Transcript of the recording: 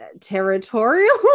territorial